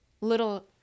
little